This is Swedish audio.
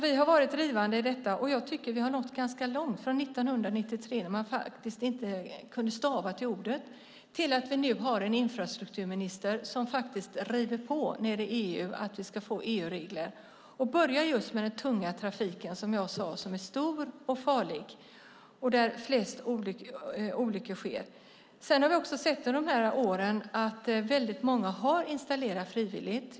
Vi har varit drivande, och jag tycker att vi har nått ganska långt från 1993, när man faktiskt inte kunde stava till ordet, till att vi nu har en infrastrukturminister som river på nere i EU för att vi ska få EU-regler och börja med den tunga trafiken, som är stor och farlig och som står för flest olyckor. Under de här åren har vi sett att många har installerat alkolås frivilligt.